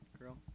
girl